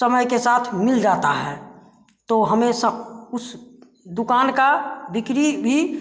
समय के साथ मिल जाता है तो हमें सब कुछ दुकान का बिक्री भी